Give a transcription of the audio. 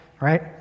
right